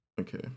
Okay